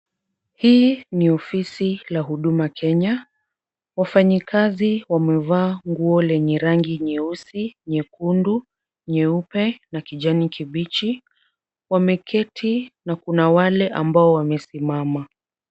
Hii ni ofisi la Huduma Kenya. Wafanyikazi wamevaa nguo lenye rangi nyeusi, nyekundu, nyeupe na kijani kibichi. Wameketi na kuna wale ambao wamesimama.